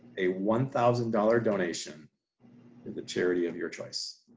a one thousand dollar donation to the charity of your choice.